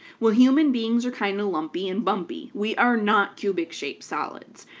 well human beings are kind of lumpy and bumpy. we are not cubic-shaped solids,